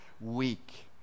weak